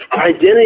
Identity